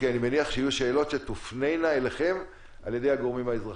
כי אני מניח שיהיו שאלות שתופנינה אליכם על-ידי הגורמים האזרחיים.